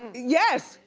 yes,